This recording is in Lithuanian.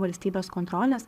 valstybės kontrolės